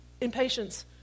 Impatience